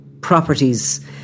properties